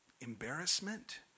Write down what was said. embarrassment